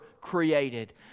created